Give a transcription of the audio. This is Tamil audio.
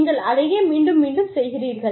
நீங்கள் அதையே மீண்டும் மீண்டும் செய்கிறீர்கள்